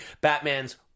Batman's